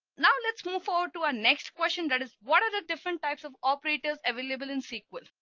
now, let's move forward to our next question that is what are the different types of operators available in sql.